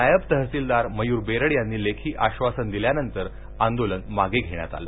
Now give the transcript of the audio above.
नायब तहसीलदार मयूर बेरड यांनी लेखी आधासन दिल्यानंतर मागे घेण्यात आलं